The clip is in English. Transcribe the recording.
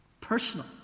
personal